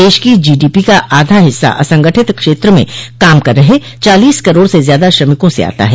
देश की जीडीपी का आधा हिस्सा असंगठित क्षेत्र में काम कर रहे चालीस करोड़ से ज्यादा श्रमिकों से आता है